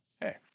Hey